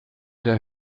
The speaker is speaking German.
der